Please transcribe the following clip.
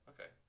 Okay